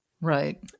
Right